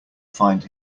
find